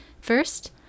First